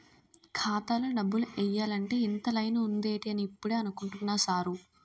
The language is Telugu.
ఖాతాలో డబ్బులు ఎయ్యాలంటే ఇంత లైను ఉందేటి అని ఇప్పుడే అనుకుంటున్నా సారు